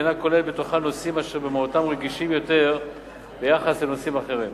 ואינה כוללת בתוכה נושאים אשר במהותם רגישים יותר ביחס לנושאים אחרים.